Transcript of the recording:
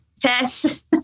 test